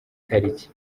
tariki